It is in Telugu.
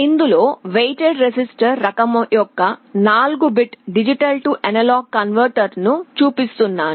ఇందులో వెయిటెడ్ రిజిస్టర్ రకం యొక్క 4 బిట్ D A కన్వర్టర్ను చూపిస్తున్నాను